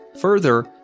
Further